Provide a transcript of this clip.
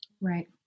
Right